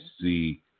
see